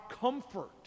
comfort